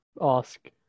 ask